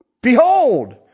Behold